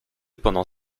pendant